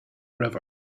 river